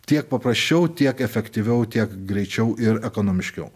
tiek paprasčiau tiek efektyviau tiek greičiau ir ekonomiškiau